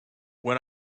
when